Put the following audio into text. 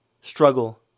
struggle